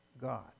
God